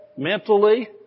Mentally